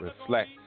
Reflect